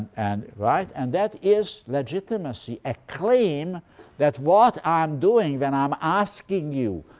and right? and that is legitimacy a claim that what i'm doing when i'm asking you,